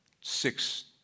six